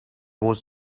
was